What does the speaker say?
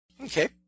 Okay